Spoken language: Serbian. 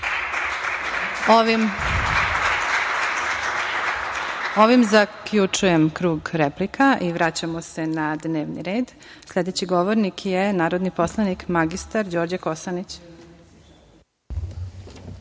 Ovim zaključujem krug replika. Vraćamo se na dnevni red. Sledeći govornik je narodni poslanik mr Đorđe